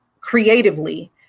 creatively